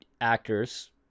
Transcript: actors